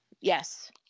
yes